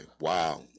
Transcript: wow